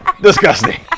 Disgusting